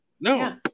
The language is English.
No